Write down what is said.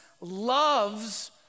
loves